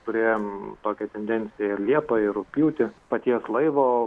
turėjom tokią tendenciją ir liepą ir rugpjūtį paties laivo